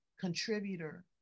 contributor